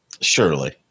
Surely